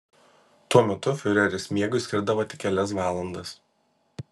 tuo metu fiureris miegui skirdavo tik kelias valandas